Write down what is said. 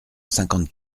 cinquante